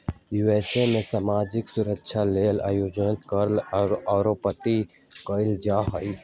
USA में सामाजिक सुरक्षा लेल अनिवार्ज कर आरोपित कएल जा हइ